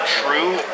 true